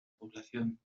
población